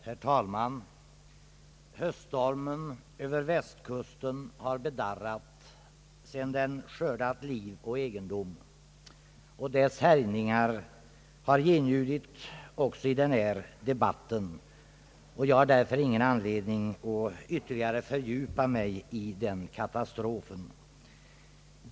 Herr talman! Höststormen över Västkusten har bedarrat, sedan den skördat liv och egendom. Dess härjningar har genljudit även i den här debatten, och jag har därför ingen anledning att fördjupa mig i katastrofen.